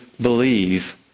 believe